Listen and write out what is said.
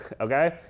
okay